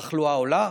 התחלואה עולה,